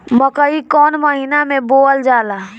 मकई कौन महीना मे बोअल जाला?